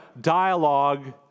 dialogue